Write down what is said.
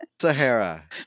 Sahara